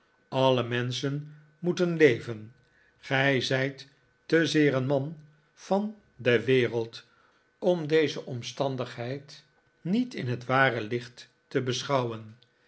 alle menschen moeten leven gij zijt te zeer een man van de wereld om deze omstandigheid niet in het ware licht te beschouwen